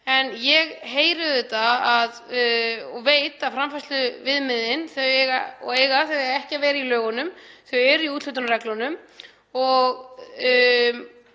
en ég heyri auðvitað og veit að framfærsluviðmiðin — þau eiga ekki að vera í lögunum, þau eru í úthlutunarreglunum og